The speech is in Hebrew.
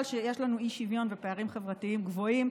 שיש לנו אי-שוויון ופערים חברתיים גבוהים,